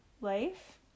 life